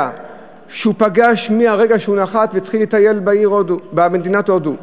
שהוא פגש מהרגע שהוא נחת והתחיל לטייל במדינת הודו,